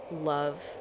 love